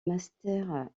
master